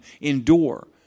endure